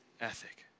ethic